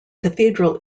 cathedral